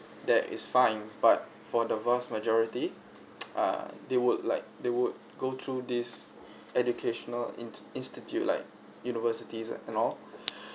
that is fine but for the vast majority err they would like they would go through this educational ins institute like universities and all